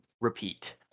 repeat